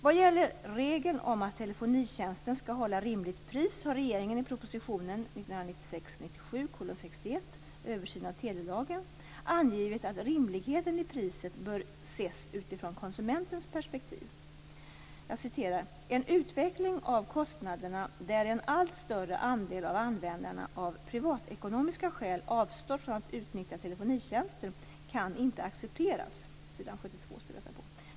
Vad gäller regeln om att telefonitjänsten skall hålla rimligt pris har regeringen i proposition 1996/97:61 Översyn av telelagen angivit att rimligheten i priset bör ses utifrån konsumentens perspektiv: "En utveckling av kostnaderna där en allt större andel av användarna av privatekonomiska skäl avstår från att utnyttja telefonitjänsten kan inte accepteras." Detta står på s. 72.